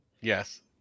Yes